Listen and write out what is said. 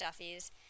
stuffies